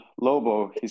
Lobo